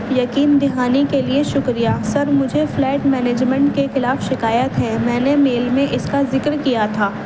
یقین دہانی کے لیے شکریہ سر مجھے فلیٹ مینجمن کے خلاف شکایت ہے میں نے میل میں اس کا ذکر کیا تھا